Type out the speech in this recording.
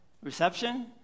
reception